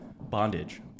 Bondage